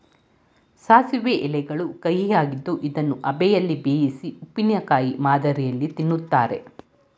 ಸಾಸಿವೆ ಎಲೆಗಳು ಕಹಿಯಾಗಿದ್ದು ಇದನ್ನು ಅಬೆಯಲ್ಲಿ ಬೇಯಿಸಿ ಉಪ್ಪಿನಕಾಯಿ ಮಾದರಿಯಲ್ಲಿ ತಿನ್ನುತ್ತಾರೆ